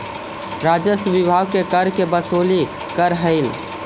राजस्व विभाग कर के वसूली करऽ हई